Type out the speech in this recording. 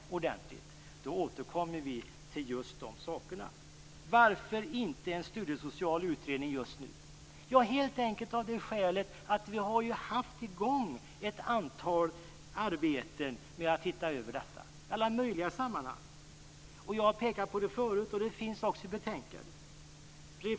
Då återkommer vi till just de sakerna. Varför inte en studiesocial utredning just nu? Helt enkelt av det skälet att vi har satt i gång ett antal arbeten för att titta över detta i alla möjliga sammanhang. Jag har pekat på det förut och det finns också i betänkandet.